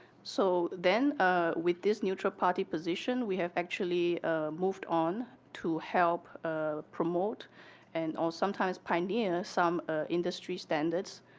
so then with this neutral party position, we have actually moved on to help promote and or sometimes pioneer some industry standards,